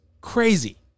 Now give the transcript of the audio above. Crazy